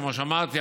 כמו שאמרתי,